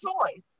choice